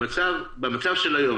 במצב של היום,